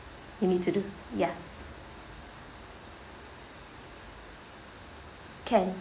you need to do ya can